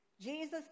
Jesus